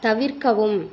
தவிர்க்கவும்